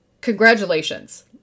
Congratulations